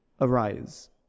arise